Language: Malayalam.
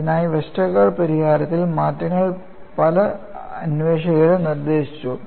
ഇതിനായി വെസ്റ്റർഗാർഡിന്റെ പരിഹാരത്തിൽ മാറ്റങ്ങൾ പല അന്വേഷകരും നിർദ്ദേശിച്ചു